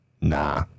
Nah